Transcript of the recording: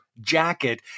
jacket